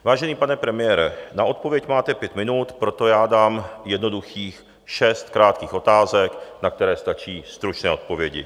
Vážený pane premiére, na odpověď máte pět minut, proto dám jednoduchých šest krátkých otázek, na které stačí stručné odpovědi.